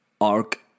Arc